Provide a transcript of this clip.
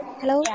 hello